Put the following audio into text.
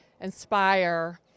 inspire